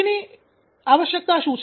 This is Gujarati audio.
ની આવશ્યકતા શું છે